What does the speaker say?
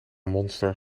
monster